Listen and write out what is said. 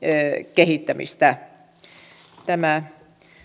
kehittämistä tämä